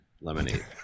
Lemonade